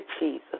Jesus